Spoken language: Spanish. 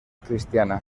cristiana